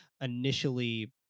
initially